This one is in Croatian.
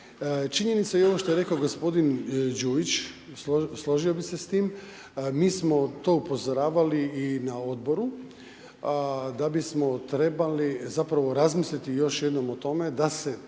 činjenica je i ovo što je rekao gospodin Đujić složio bih se s tim, mi smo to upozoravali i na odboru da bismo trebali zapravo razmisliti još jednom o tome da se